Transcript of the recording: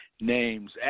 names